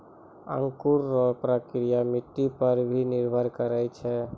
अंकुर रो प्रक्रिया मट्टी पर भी निर्भर करै छै